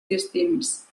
distints